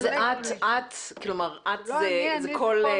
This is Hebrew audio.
אני מודה מאוד